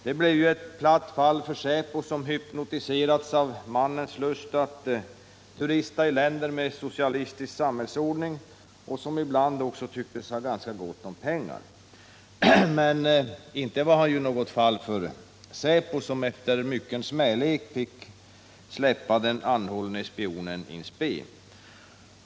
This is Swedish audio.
Det blev ett platt fall för säpo, som hypnotiserats av mannens lust att turista i länder med socialistisk samhällsordning och att han ibland också tycktes ha ganska gott om pengar. Men inte var han något fall för säpo, som efter mycken smälek fick släppa den anhållne spionen in spe.